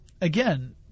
again